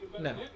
No